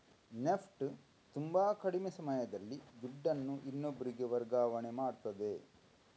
NEFT ತುಂಬಾ ಕಡಿಮೆ ಸಮಯದಲ್ಲಿ ದುಡ್ಡನ್ನು ಇನ್ನೊಬ್ರಿಗೆ ವರ್ಗಾವಣೆ ಮಾಡ್ತದೆ